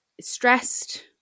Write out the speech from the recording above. stressed